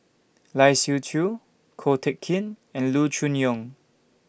Lai Siu Chiu Ko Teck Kin and Loo Choon Yong